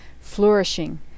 flourishing